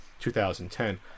2010